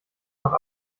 noch